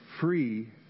free